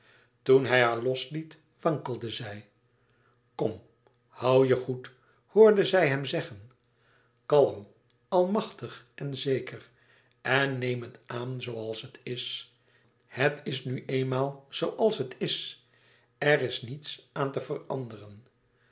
toen hij haar losliet wankelde zij kom hoû je goed hoorde zij hem zeggen kalm almachtig en zeker en neem het aan zooals het is het is nu eenmaal zooals het is er is niets aan te veranderen